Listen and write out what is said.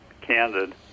candid